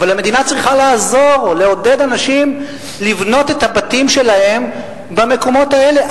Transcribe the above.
אבל המדינה צריכה לעזור ולעודד אנשים לבנות את הבתים שלהם במקומות האלה.